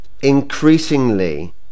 increasingly